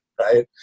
Right